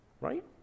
right